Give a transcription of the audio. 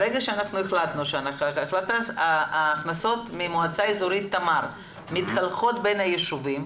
ברגע שהחלטנו שההכנסות ממועצה אזורית תמר מתחלקות בין ישובים,